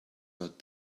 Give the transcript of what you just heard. not